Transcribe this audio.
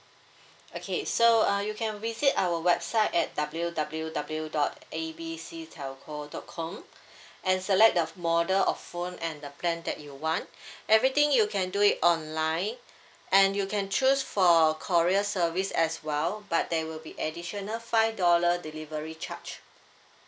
okay so uh you can visit our website at W_W_W dot A B C telco dot com and select the model of phone and the plan that you want everything you can do it online and you can choose for courier service as well but there will be additional five dollar delivery charge